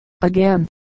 Again